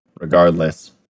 Regardless